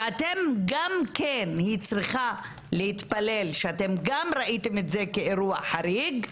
וגם כן היא צריכה להתפלל שאתם גם ראיתם את זה כאירוע חריג,